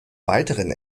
weiteren